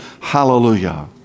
Hallelujah